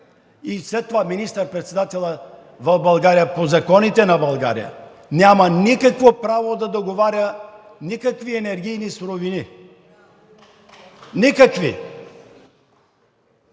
И след това министър-председателят на България по законите на България няма никакво право да договаря никакви енергийни суровини. Никакви!